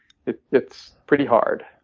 it's it's pretty hard.